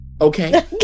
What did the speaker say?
okay